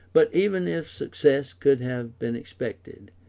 but even if success could have been expected,